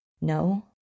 No